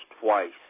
twice